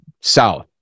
south